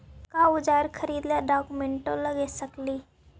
क्या ओजार खरीदने ड़ाओकमेसे लगे सकेली?